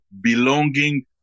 belonging